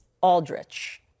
Aldrich